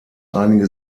einige